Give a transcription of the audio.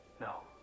No